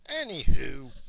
anywho